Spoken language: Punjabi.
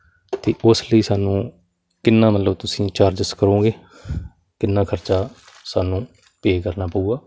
ਅਤੇ ਉਸ ਲਈ ਸਾਨੂੰ ਕਿੰਨਾ ਮਤਲਬ ਤੁਸੀਂ ਚਾਰਜਸ ਕਰੋਗੇ ਕਿੰਨਾ ਖਰਚਾ ਸਾਨੂੰ ਪੇ ਕਰਨਾ ਪਊਗਾ